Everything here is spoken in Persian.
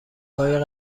های